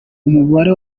umubare